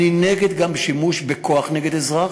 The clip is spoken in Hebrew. אני נגד גם שימוש בכוח נגד אזרח,